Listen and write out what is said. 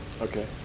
Okay